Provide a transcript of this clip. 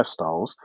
lifestyles